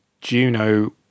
Juno